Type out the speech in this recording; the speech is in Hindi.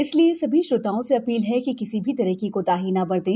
इसलिए सभी श्रोताओं से अपील है कि किसी भी तरह की कोताही न बरतें